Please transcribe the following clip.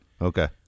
Okay